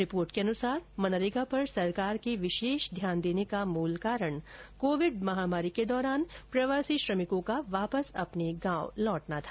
report के अनुसार मनरेगा पर सरकार के विशेष ध्यान देने का मूल कारण कोविड महामारी के दौरान प्रवासी श्रमिकों का वापस अपने गांव लौटना था